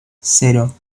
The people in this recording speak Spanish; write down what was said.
cero